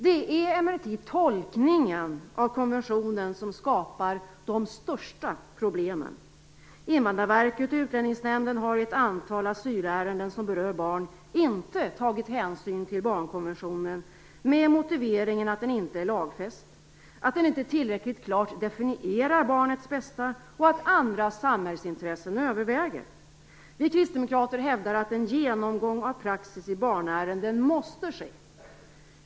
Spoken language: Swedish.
Det är emellertid tolkningen av konventionen som skapar de största problemen. Invandrarverket och Utlänningsnämnden har i ett antal asylärenden som berör barn inte tagit hänsyn till barnkonventionen med motiveringen att den inte är lagfäst, att den inte tillräckligt klart definierar barnets bästa och att andra samhällsintressen överväger. Vi kristdemokrater hävdar att en genomgång av praxis i barnärenden måste ske.